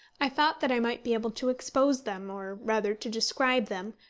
i thought that i might be able to expose them, or rather to describe them,